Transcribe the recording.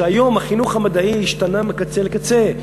שהיום החינוך המדעי השתנה מקצה לקצה,